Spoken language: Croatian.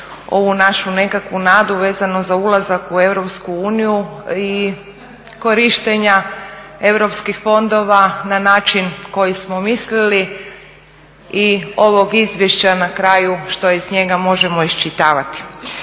ovu našu nekakvu nadu vezano za ulazak u EU i korištenja europskih fondova na način koji smo mislili i ovog izvješća na kraju što iz njega možemo iščitavati.